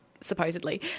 supposedly